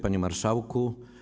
Panie Marszałku!